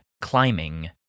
climbing